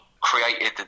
created